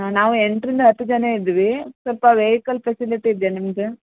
ನಾವು ಎಂಟರಿಂದ ಹತ್ತು ಜನ ಇದಿವಿ ಸ್ವಲ್ಪ ವೆಯಿಕಲ್ ಫೆಸಿಲಿಟಿ ಇದೆಯಾ ನಿಮ್ಮದೇ